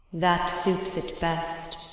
that suits it best.